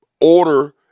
order